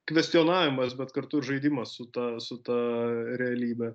kvestionavimas bet kartu ir žaidimas su ta su ta realybe